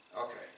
okay